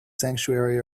sanctuary